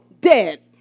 dead